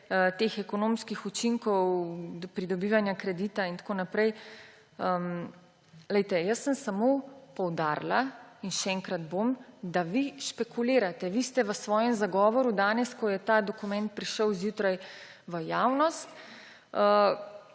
tiče ekonomskih učinkov, pridobivanja kredita in tako naprej. Jaz sem samo poudarila in še enkrat bom, da vi špekulirate. Vi ste v svojem zagovoru danes, ko je ta dokument prišel zjutraj v javnost,